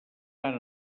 tant